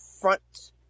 front